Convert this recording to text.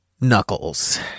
knuckles